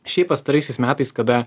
šiaip pastaraisiais metais kada